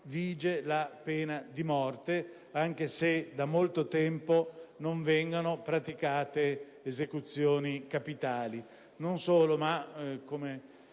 la pena di morte, anche se da molto tempo non vengono praticate esecuzioni capitali.